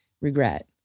regret